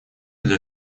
для